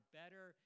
better